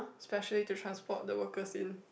specially to transport the workers in